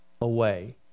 away